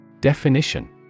Definition